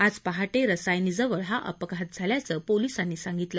आज पहाटे रसायनीजवळ हा अपघात झाल्याचं पोलिसांनी सांगितलं